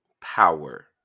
power